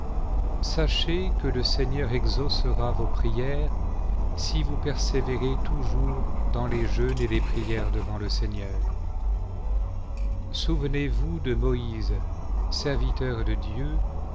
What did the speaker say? sachez que le seigneur exaucera vos prières si vous persévérez toujours dans les jeûnes et les prières devant le seigneur souvenez-vous de moïse serviteur de dieu